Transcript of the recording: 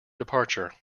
departure